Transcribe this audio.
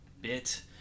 bit